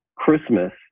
christmas